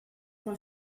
pel